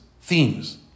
themes